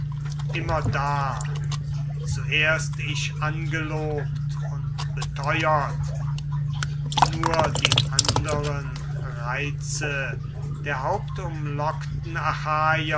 immerdar wie zuerst ich angelobt und beteuert nur die anderen reize der hauptumlockten